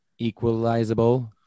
equalizable